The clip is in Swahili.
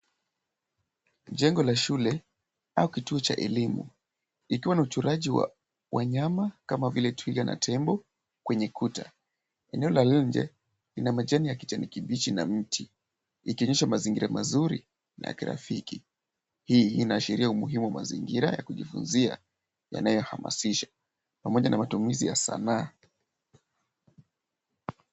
Jengo la shule au kituo cha elimu likiwa na uchoraji wa wanyama kama twiga na tembo kwenye ukuta. Eneo la nje ina majani ya kijani kibichi na mti likionyesha mazingira mazuri na ya kirafiki. Hii inaashiria umuhimu wa mazingira ya kujifunzia yanayohamasisha pamoja na matumizi ya sanaa.